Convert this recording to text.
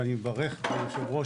ואני מברך את היושב-ראש,